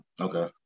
Okay